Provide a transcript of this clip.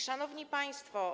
Szanowni Państwo!